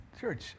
church